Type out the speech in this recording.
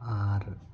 ᱟᱨ